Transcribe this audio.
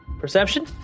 Perception